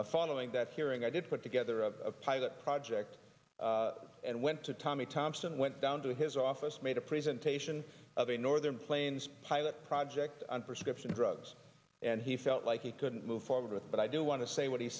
program following that hearing i did put together a pilot project and went to tommy thompson went down to his office made a presentation of a northern plains pilot project on prescription drugs and he felt like he couldn't move forward with but i do want to say what he